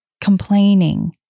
complaining